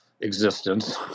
existence